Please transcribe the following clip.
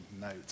note